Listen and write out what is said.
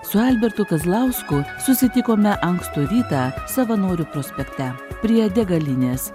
su albertu kazlausku susitikome ankstų rytą savanorių prospekte prie degalinės